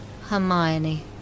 Hermione